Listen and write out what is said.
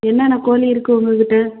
என்னென்ன கோழி இருக்குது உங்கக்கிட்ட